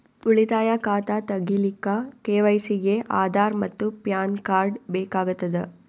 ಉಳಿತಾಯ ಖಾತಾ ತಗಿಲಿಕ್ಕ ಕೆ.ವೈ.ಸಿ ಗೆ ಆಧಾರ್ ಮತ್ತು ಪ್ಯಾನ್ ಕಾರ್ಡ್ ಬೇಕಾಗತದ